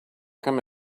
come